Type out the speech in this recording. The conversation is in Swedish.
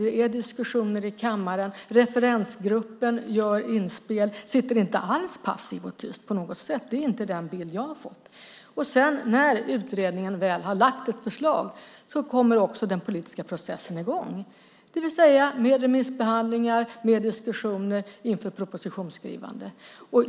Det är diskussioner i kammaren. Referensgruppen gör inspel. Den sitter inte alls passiv och tyst. Det är inte den bild som jag har fått. När utredningen väl har lagt fram ett förslag kommer den politiska processen i gång med remissbehandlingar och diskussioner inför propositionsskrivande.